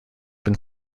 been